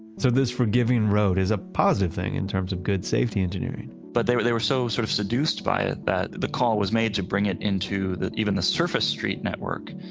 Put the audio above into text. so, this forgiving road is a positive thing in terms of good safety engineering but they were they were so sort of seduced by it that the call was made to bring it into that even the surface street network.